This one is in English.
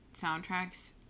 soundtracks